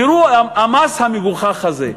תראו, המס המגוחך הזה.